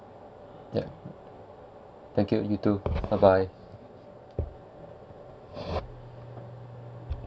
ya thank you you too bye bye